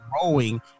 growing